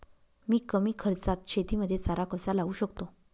मी कमी खर्चात शेतीमध्ये चारा कसा लावू शकतो?